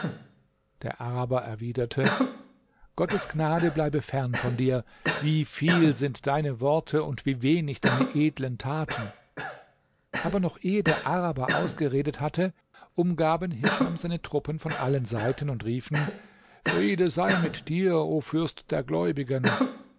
der araber erwiderte gottes gnade bleibe fern von dir wie viel sind deine worte und wie wenig deine edlen taten aber noch ehe der araber ausgeredet hatte umgaben hischam seine truppen von allen seiten und riefen friede sei mit dir o fürst der gläubigen